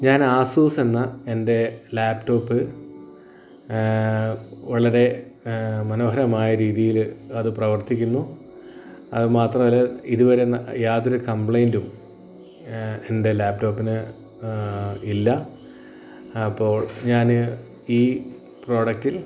ഞാൻ ആസൂസ് എന്ന എൻ്റെ ലാപ്ടോപ്പ് വളരെ മനോഹരമായ രീതിയിൽ അത് പ്രവർത്തിക്കുന്നു അതു മാത്രമല്ല ഇതുവരെ യാതൊരു കംപ്ലൈന്റും എൻ്റെ ലാപ്ടോപ്പിന് ഇല്ല അപ്പോൾ ഞാൻ ഈ പ്രോഡക്ടിൽ